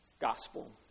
gospel